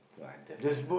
so I decided not